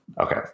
Okay